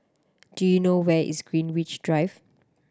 do you know where is Greenwich Drive